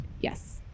Yes